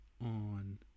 on